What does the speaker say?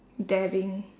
dabbing